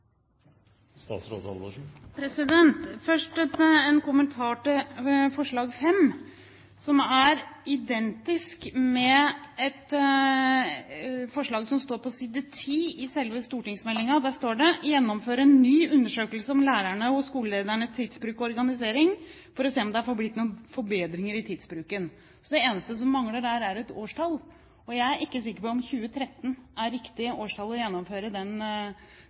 identisk med et forslag som står på side 10 i selve stortingsmeldingen. Der står det «gjennomføre en ny undersøkelse om lærernes og skoleledernes tidsbruk og organisering for å se om det har blitt noen forbedringer i tidsbruken». Det eneste som mangler der, er et årstall, og jeg er ikke sikker på om 2013 er det riktige årstallet for å gjennomføre